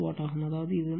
6 watt ஆகும் அதாவது இது